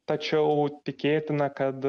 tačiau tikėtina kad